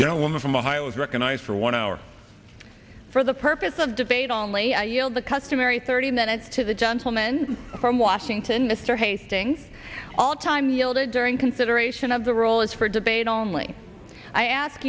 gentlewoman from ohio is recognized for one hour for the purpose of debate only i yield the customary thirty minutes to the gentleman from washington mr hastings alltime ilda during consideration of the roll is for debate only i ask